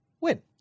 Win